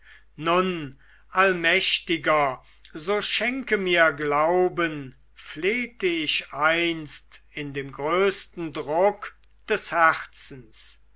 allmächtiger so schenke mir glauben flehte ich einst in dem größten druck des herzens